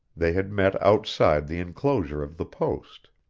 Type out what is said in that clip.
they had met outside the inclosure of the post.